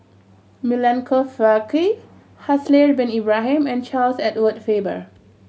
Milenko Prvacki Haslir Bin Ibrahim and Charles Edward Faber